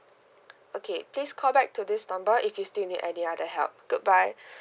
okay please call back to this number if you still need any other help goodbye